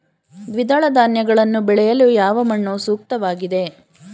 ದ್ವಿದಳ ಧಾನ್ಯಗಳನ್ನು ಬೆಳೆಯಲು ಯಾವ ಮಣ್ಣು ಸೂಕ್ತವಾಗಿದೆ?